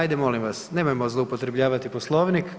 Ajde molim vas, nemojmo zloupotrebljavati Poslovnik.